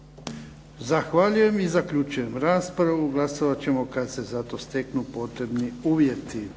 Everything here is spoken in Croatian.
Zahvaljujem i zaključujem raspravu. Glasovat ćemo kad se za to steknu potrebni uvjeti.